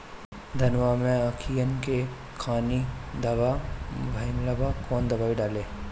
धनवा मै अखियन के खानि धबा भयीलबा कौन दवाई डाले?